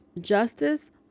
Justice